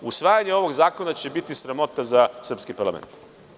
Usvajanje ovog zakona će biti sramota za srpski parlament.